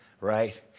right